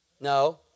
No